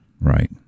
Right